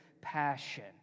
passion